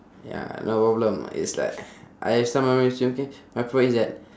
ya no problem it's like I have some memories with him okay my point is that